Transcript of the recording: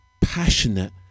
passionate